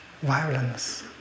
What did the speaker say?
violence